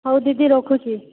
ହେଉ ଦିଦି ରଖୁଛି